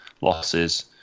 losses